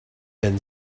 been